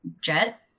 Jet